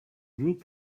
look